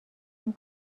این